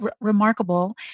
remarkable